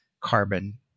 carbon